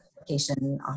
application